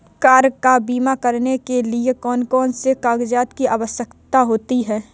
Car का बीमा करने के लिए कौन कौन से कागजात की आवश्यकता होती है?